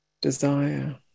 desire